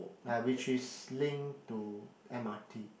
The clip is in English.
uh which is link to m_r_t